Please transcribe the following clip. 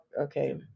okay